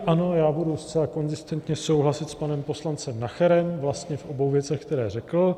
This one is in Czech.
Ano, já budu zcela konzistentně souhlasit s panem poslancem Nacherem vlastně v obou věcech, které řekl.